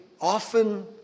often